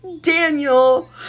Daniel